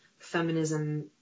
feminism